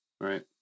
Right